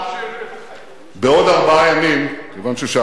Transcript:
בעוד ארבעה ימים, כיוון ששאלת,